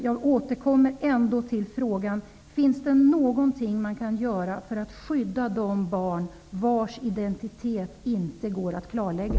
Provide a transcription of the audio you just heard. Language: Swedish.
Jag återkommer till frågan: Finns det någonting man kan göra för att skydda de barn vilkas identitet inte går att klarlägga?